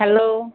hello